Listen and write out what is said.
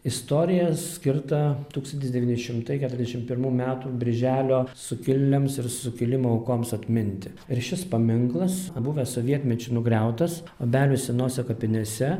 istorija skirta tūkstantis devyni šimtai keturiasdešim pirmų metų birželio sukilėliams ir sukilimo aukoms atminti ir šis paminklas buvęs sovietmečiu nugriautas obelių senose kapinėse